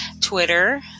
Twitter